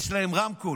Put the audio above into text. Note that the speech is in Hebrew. יש להם רמקול.